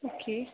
okay